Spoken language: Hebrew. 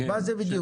מה זה בדיוק?